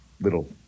little